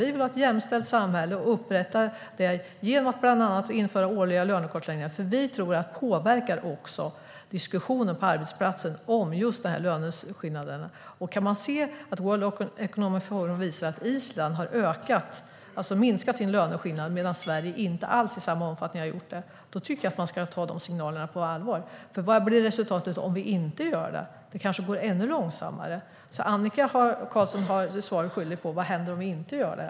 Vi vill ha ett jämställt samhälle och upprätta det genom att bland annat införa årliga lönekartläggningar. Vi tror att det påverkar diskussionen på arbetsplatsen om just löneskillnaderna. Om man kan se att World Economic Forum visar att Island har minskat sin löneskillnad medan Sverige inte alls har gjort det i samma omfattning tycker jag att man ska ta de signalerna på allvar. Vad blir resultatet om vi inte gör det? Det kanske går ännu långsammare. Annika Qarlsson är svaret skyldig om vad som händer om vi inte gör det.